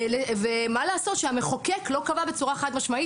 מה לעשות שהמחוקק לא קבע בצורה חד-משמעית